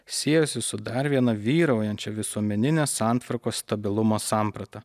siejosi su dar viena vyraujančia visuomeninės santvarkos stabilumo samprata